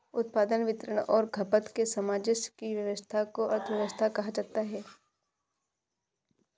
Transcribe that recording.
उत्पादन, वितरण और खपत के सामंजस्य की व्यस्वस्था को अर्थव्यवस्था कहा जाता है